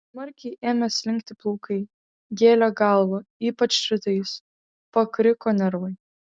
smarkiai ėmė slinkti plaukai gėlė galvą ypač rytais pakriko nervai